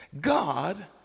God